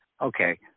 Okay